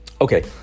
Okay